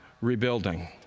rebuilding